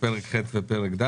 השקעה.